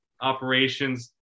operations